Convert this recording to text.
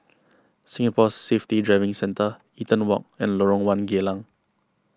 Singapore Safety Driving Centre Eaton Walk and Lorong one Geylang